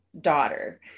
daughter